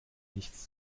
nichts